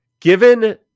given